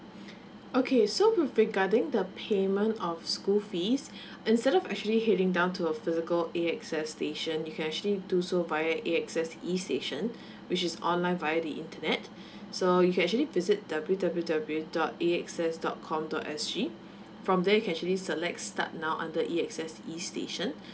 okay so with regarding the payment of school fees instead of actually heading down to a physical A_X_S station you can actually do so via A_X_S E station which is online via the internet so you can actually visit W W W dot A X S dot com dot S G from there you can actually select start now under A_X_S E station